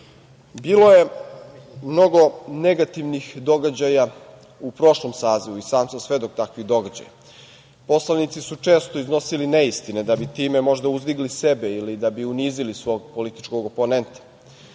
Bilo je mnogo negativnih događaja u prošlom sazivu i sam sam svedok takvih događaja. Poslanici su često iznosili neistine da bi time možda uzdigli sebe ili da bi unizili svog političkog oponenta,